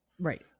right